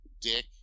dick